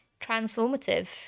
transformative